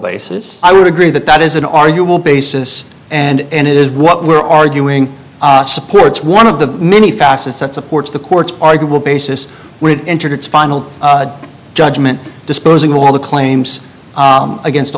basis i would agree that that is an arguable basis and it is what we're arguing supports one of the many facets that supports the court's arguable basis entered its final judgment disposing of all the claims against